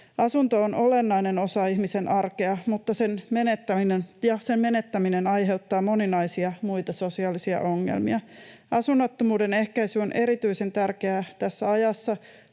Asunto on olennainen osa ihmisen arkea, ja sen menettäminen aiheuttaa moninaisia muita sosiaalisia ongelmia. Asunnottomuuden ehkäisy on erityisen tärkeää tässä ajassa,